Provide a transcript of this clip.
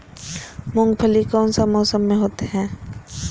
मूंगफली कौन सा मौसम में होते हैं?